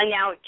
Now